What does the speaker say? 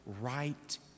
right